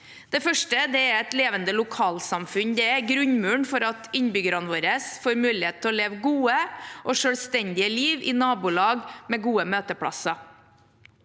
Det første er at et levende lokalsamfunn er grunnmuren for at innbyggerne våre får mulighet til å leve et godt og selvstendig liv i nabolag med gode møteplasser.